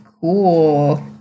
cool